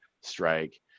strike